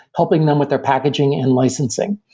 helping them with their packaging and licensing.